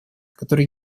которое